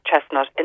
chestnut